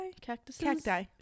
cacti